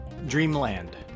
Dreamland